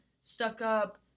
stuck-up